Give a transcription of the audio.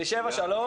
אלישבע סבתו,